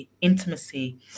intimacy